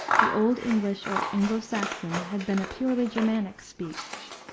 the old english or anglo-saxon had been a purely germanic speech,